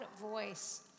voice